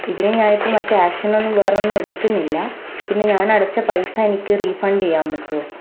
ഇതിനു ഞാനിപ്പം മറ്റു ആക്ഷനൊന്നും വേറൊന്നും എടുക്കുന്നില്ല പിന്നെ ഞാൻ അടച്ച പൈസ എനിക്ക് റീഫണ്ട് ചെയ്യാൻ പറ്റുമോ